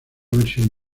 versión